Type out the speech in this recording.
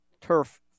turf